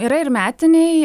yra ir metiniai